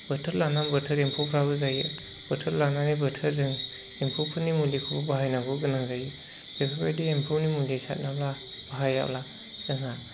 बोथोर लाना बोथोर एम्फौफ्राबो जायो बोथोर लानानै बोथोर जों एम्फौफोरनि मुलिखौबो बाहायनांगौ गोनां जायो बेफोरबायदि एम्फौनि मुलि साराब्ला बाहायाब्ला जोंहा